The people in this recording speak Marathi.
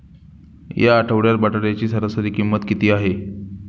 या आठवड्यात बटाट्याची सरासरी किंमत किती आहे?